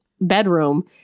bedroom